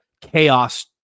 chaos